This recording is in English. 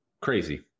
Crazy